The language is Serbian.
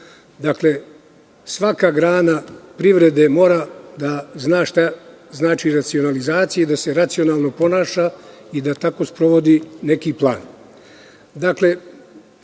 drugom. Svaka grana privrede mora da zna šta znači racionalizacija, da se racionalno ponaša i da tako sprovodi neki plan.